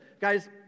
guys